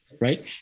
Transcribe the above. Right